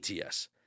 ATS